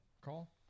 call